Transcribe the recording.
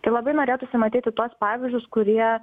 tai labai norėtųsi matyti tuos pavyzdžius kurie